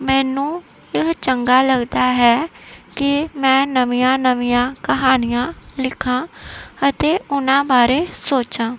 ਮੈਨੂੰ ਇਹ ਚੰਗਾ ਲੱਗਦਾ ਹੈ ਕਿ ਮੈਂ ਨਵੀਆਂ ਨਵੀਆਂ ਕਹਾਣੀਆਂ ਲਿਖਾਂ ਅਤੇ ਉਹਨਾਂ ਬਾਰੇ ਸੋਚਾਂ